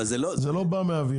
זה לא בא מהאוויר.